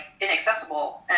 inaccessible